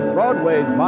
Broadway's